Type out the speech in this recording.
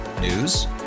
News